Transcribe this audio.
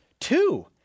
Two